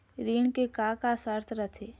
ऋण के का का शर्त रथे?